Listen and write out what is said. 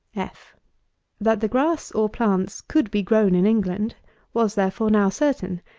f that the grass, or plants, could be grown in england was, therefore, now certain,